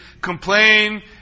complain